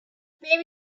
maybe